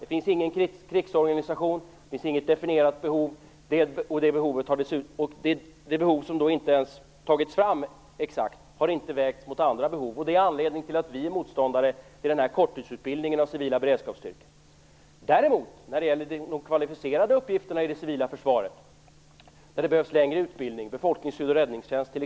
Det finns ingen krigsorganisation, det finns inget definierat behov och något sådant eventuellt behov har inte vägts mot andra behov. Det är anledningen till att vi är motståndare till den här korttidsutbildningen av civila beredskapsstyrkor. Däremot är vi definitivt anhängare av längre utbildning när det gäller en del kvalificerade uppgifter i det civila försvaret - t.ex. befolkningsskydd och räddningstjänst.